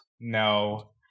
no